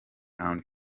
and